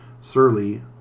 Surly